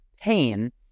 pain